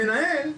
המנהל.."